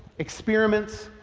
experiments,